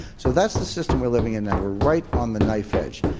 so, that's the system we're living in now. we're right on the knife-edge.